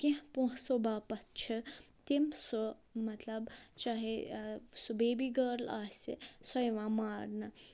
کیٚنہہ پونسو باپتھ چھِ تِم سُہ مطلب چاہے سُہ بیبی گٔرٕل آسہِ سۄ یِوان مارنہٕ